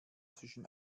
zwischen